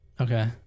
Okay